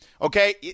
Okay